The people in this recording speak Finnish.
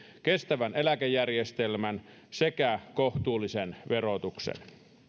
kestävän eläkejärjestelmän sekä kohtuullisen verotuksen